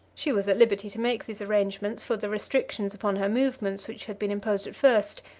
she was at liberty to make these arrangements, for the restrictions upon her movements, which had been imposed at first,